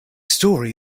story